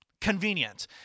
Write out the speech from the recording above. convenient